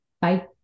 Bye